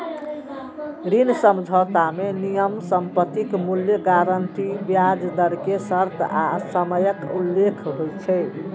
ऋण समझौता मे नियम, संपत्तिक मूल्य, गारंटी, ब्याज दर के शर्त आ समयक उल्लेख होइ छै